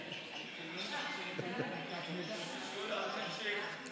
אני רק לא מבין למה ההצעה הזאת לא באה לוועדת שרים לענייני חקיקה.